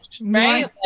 Right